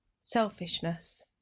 Selfishness